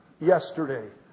yesterday